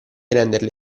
renderle